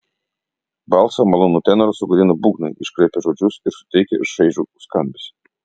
balsą malonų tenorą sugadino būgnai iškraipę žodžius ir suteikę šaižų skambesį